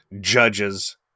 judges